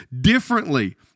differently